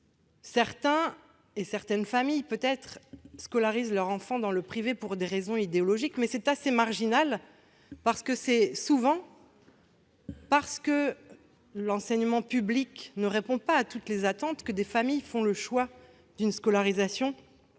privé. Certaines familles scolarisent leurs enfants dans le privé pour des raisons idéologiques, mais c'est assez marginal. Souvent, c'est parce que l'enseignement public ne répond pas à toutes leurs attentes que des familles font le choix d'une scolarisation